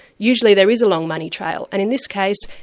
usually there is a long money trail, and in this case,